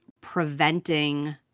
preventing